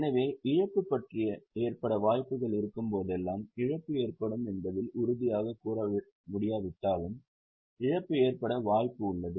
எனவே இழப்பு ஏற்பட வாய்ப்புகள் இருக்கும்போதெல்லாம் இழப்பு ஏற்படும் என்பதில் உறுதியாக கூறமுடியாவிட்டாலும் இழப்பு ஏற்பட வாய்ப்பு உள்ளது